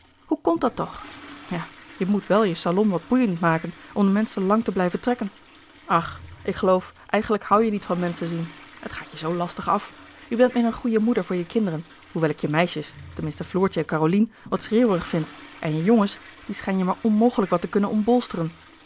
hoe komt dat toch ja je moet wel je salon wat boeiend maken om de menschen lang te blijven trekken ach ik geloof eigenlijk hoû je niet van menschen zien het gaat je zoo lastig af je bent meer een goeie moeder voor je kinderen hoewel ik je meisjes tenminste floortje en caroline wat schreeuwerig vind en je jongens die schijn je maar onmogelijk wat te kunnen